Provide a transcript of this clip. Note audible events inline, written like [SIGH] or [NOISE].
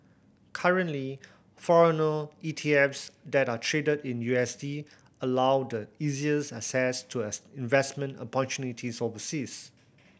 currently foreign E T F s that are traded in U S D allow the easiest access to [UNINTELLIGIBLE] investment opportunities overseas